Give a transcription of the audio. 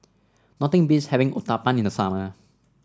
nothing beats having Uthapam in the summer